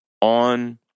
on